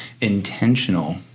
intentional